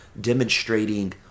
demonstrating